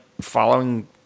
following